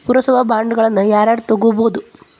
ಪುರಸಭಾ ಬಾಂಡ್ಗಳನ್ನ ಯಾರ ಯಾರ ತುಗೊಬೊದು?